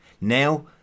Now